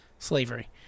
slavery